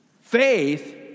Faith